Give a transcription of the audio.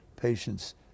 patients